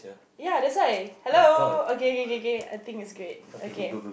ya that's why hello okay Kay Kay Kay I think it's great okay